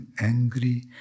angry